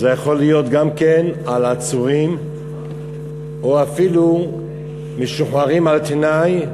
זה היה יכול להיות גם כן על עצורים או אפילו משוחררים על-תנאי,